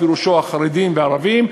פירושו החרדים והערבים,